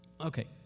okay